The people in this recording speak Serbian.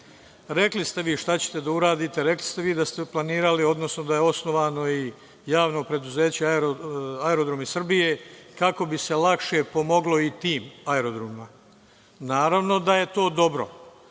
Rekli ste vi šta ćete da uradite, rekli ste vi da ste planirali, odnosno da je osnovano i Javno preduzeće Aerodromi Srbije, kako bi se lakše pomoglo i tim aerodromima. Naravno da je to dobro. Pre